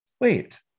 wait